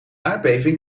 aardbeving